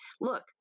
look